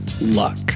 luck